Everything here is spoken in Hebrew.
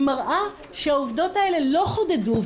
היא מראה שהעובדות האלה לא חודדו,